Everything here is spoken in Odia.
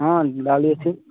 ହଁ ଡାଲି ଅଛି